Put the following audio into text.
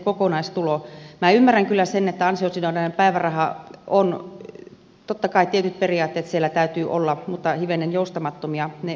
minä ymmärrän kyllä sen ansiosidonnaisesta päivärahasta että totta kai tietyt periaatteet siellä täytyy olla mutta hivenen joustamattomia ne ovat